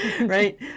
right